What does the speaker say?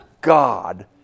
God